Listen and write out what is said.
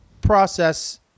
Process